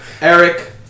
Eric